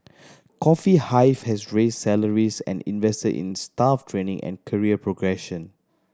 Coffee Hive has raised salaries and invested in staff training and career progression